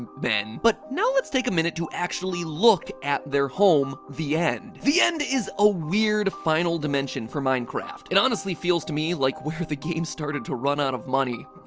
um men. but now let's take a minute to actually look at their home, the end. the end is a weird final dimension for minecraft. it honestly feels to me like where the game started to run out of money.